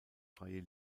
freie